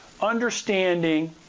understanding